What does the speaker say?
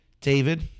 David